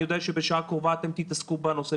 אני יודע שבשעה הקרובה אתם תתעסקו בנושא